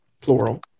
plural